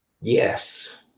Yes